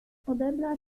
odebrać